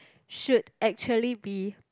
should actually be